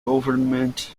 government